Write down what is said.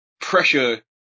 pressure